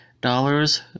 dollars